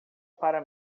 para